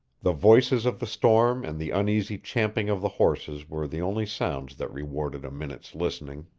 the voices of the storm and the uneasy champing of the horses were the only sounds that rewarded a minute's listening.